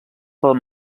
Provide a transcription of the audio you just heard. pel